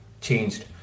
changed